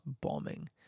Bombing